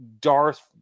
Darth